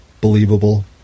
believable